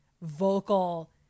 vocal